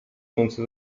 słońce